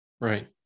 Right